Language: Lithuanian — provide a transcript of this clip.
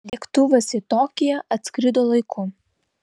lėktuvas į tokiją atskrido laiku